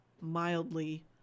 mildly